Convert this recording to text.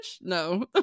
no